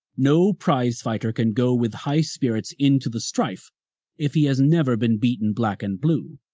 no prizefighter can go with high spirits into the strife if he has never been beaten black and blue.